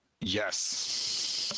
Yes